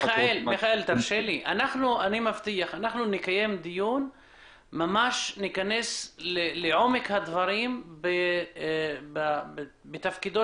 אני מבטיח שנקיים דיון וניכנס לעומק הדברים בתפקידו